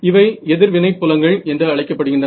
இவை எதிர்வினை புலங்கள் என்று அழைக்கப்படுகின்றன